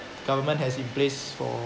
government has in place for